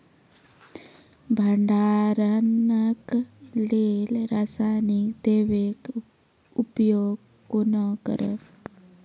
भंडारणक लेल रासायनिक दवेक प्रयोग कुना करव?